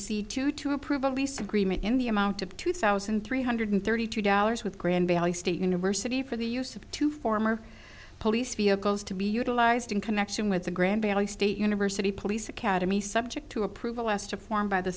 areas to to approve a lease agreement in the amount of two thousand three hundred thirty two dollars with grand valley state university for the use of two former police vehicles to be utilized in connection with the grand valley state university police academy subject to approval last a form by the